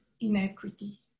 inequity